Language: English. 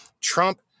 Trump